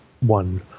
one